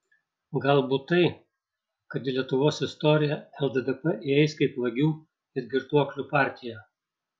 galbūt tai kad į lietuvos istoriją lddp įeis kaip vagių ir girtuoklių partija